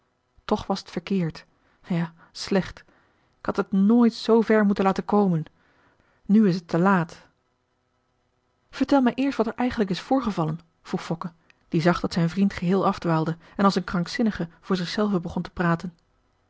toch was t verkeerd ja slecht ik had het nooit zoover moeten laten komen nu is t te laat vertel mij eerst wat er eigenlijk is voorgevallen vroeg fokke die zag dat zijn vriend geheel afdwaalde en als een krankzinnige voor zich zelven begon te praten